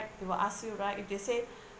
have to ask you right if they say